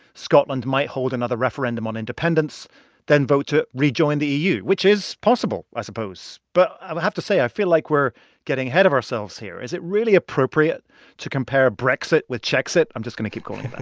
scotland might hold another referendum on independence then vote to rejoin the eu, which is possible, i suppose but i have to say, i feel like we're getting ahead of ourselves here. is it really appropriate to compare brexit with czechs-it? i'm just going to keep calling it that.